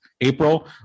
April